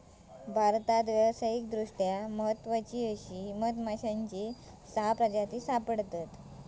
भारतात व्यावसायिकदृष्ट्या महत्त्वाचे असे मधमाश्यांची सहा प्रजाती सापडतत